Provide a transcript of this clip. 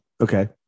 Okay